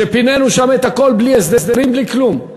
שפינינו שם את הכול בלי הסדרים ובלי כלום.